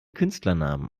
künstlernamen